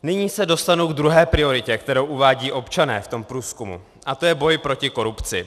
Nyní se dostanu k druhé prioritě, kterou uvádějí občané v tom průzkumu, a to je boj proti korupci.